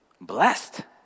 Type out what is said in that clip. blessed